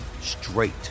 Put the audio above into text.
straight